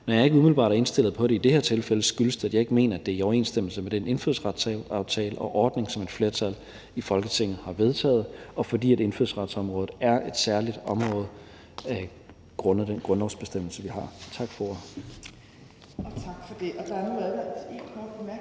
Men når jeg ikke umiddelbart er indstillet på det i det her tilfælde, skyldes det, at jeg ikke mener, det er i overensstemmelse med den indfødsretsaftale og -ordning, som et flertal i Folketinget har vedtaget, og fordi indfødsretsområdet er et særligt område grundet den grundlovsbestemmelse, vi har. Tak for ordet. Kl. 14:42 Tredje